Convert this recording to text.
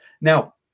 now